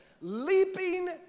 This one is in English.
leaping